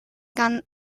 ganzes